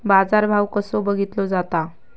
बाजार भाव कसो बघीतलो जाता?